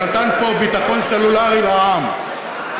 שנתן פה ביטחון סלולרי לעם,